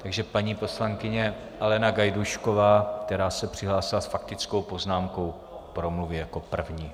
Takže paní poslankyně Alena Gajdůšková, která se přihlásila s faktickou poznámkou, promluví jako první.